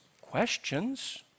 questions